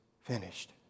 finished